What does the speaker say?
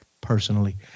personally